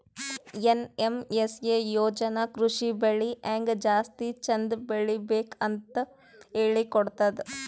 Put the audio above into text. NMSA ಯೋಜನಾ ಕೃಷಿ ಬೆಳಿ ಹೆಂಗ್ ಜಾಸ್ತಿ ಚಂದ್ ಬೆಳಿಬೇಕ್ ಅಂತ್ ಹೇಳ್ಕೊಡ್ತದ್